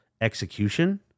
execution